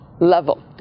level